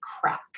crack